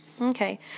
Okay